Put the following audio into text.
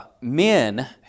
men